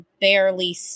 barely